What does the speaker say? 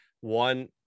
one